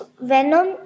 venom